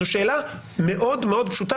זו שאלה מאוד מאוד פשוטה,